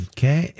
Okay